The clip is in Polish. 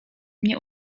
mnie